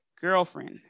girlfriend